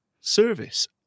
service